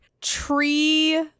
tree